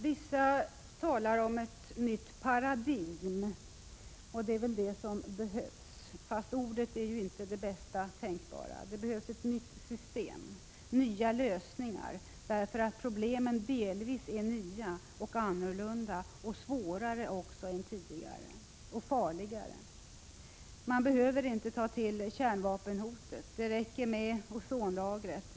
Vissa människor talar om ett nytt paradigm, och det är väl vad som behövs, fast ordet inte är det bästa tänkbara. Det behövs ett nytt system, nya lösningar, därför att problemen delvis är nya och annorlunda och svårare än tidigare — och farligare. Man behöver inte ta till kärnvapenhotet. Det räcker med ozonlagret.